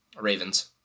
Ravens